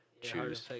choose